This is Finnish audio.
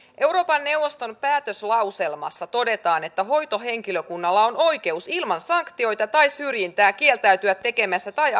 euroopan neuvoston päätöslauselmassa todetaan että hoitohenkilökunnalla on oikeus ilman sanktioita tai syrjintää kieltäytyä tekemästä aborttia tai